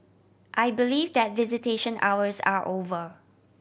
I believe that visitation hours are over